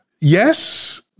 yes